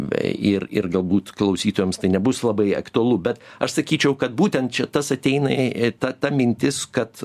bei ir ir galbūt klausytojams tai nebus labai aktualu bet aš sakyčiau kad būtent čia tas ateina į ta ta mintis kad